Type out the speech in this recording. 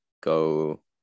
go